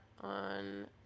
on